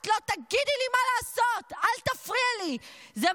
את לא תגידי לי מה לעשות, אל תפריעי לי.